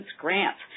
grants